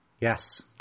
Yes